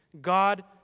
God